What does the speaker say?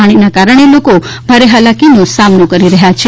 પાણીનાં કારણે લોકો ભારે હાલાકીનો સામનો કરી રહ્યા છે